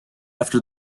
after